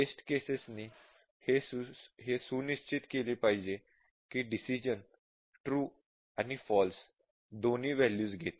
taste cases नी हे सुनिश्चित केले पाहिजे की डिसिश़न ट्रू आणि फॉल्स दोन्ही वॅल्यूज घेते